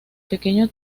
pequeño